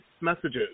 messages